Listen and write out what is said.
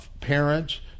parents